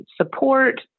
support